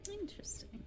Interesting